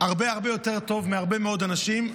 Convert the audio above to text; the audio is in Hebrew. הרבה הרבה יותר טוב מהרבה מאוד אנשים,